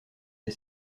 des